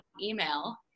email